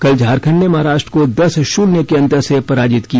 कल झारखंड ने महाराष्ट्र को दस शून्य के अंतर से पराजित किया